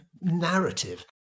narrative